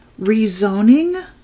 rezoning